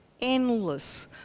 endless